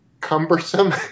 cumbersome